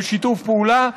בשיתוף פעולה.